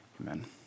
Amen